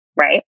Right